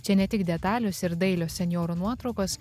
čia ne tik detalios ir dailios senjorų nuotraukos